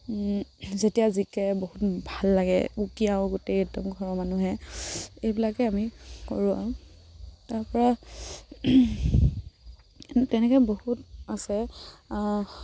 যেতিয়া জিকে বহুত ভাল লাগে উকিয়াও গোটেই একদম ঘৰৰ মানুহে এইবিলাকে আমি কৰোঁ আৰু তাৰ পৰা তেনেকে বহুত আছে